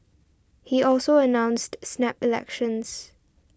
he also announced snap elections